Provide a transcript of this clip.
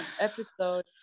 episode